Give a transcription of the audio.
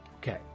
Okay